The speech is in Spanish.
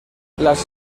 las